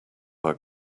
our